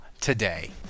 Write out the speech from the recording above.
today